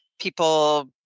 People